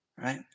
right